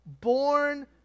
born